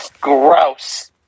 Gross